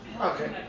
Okay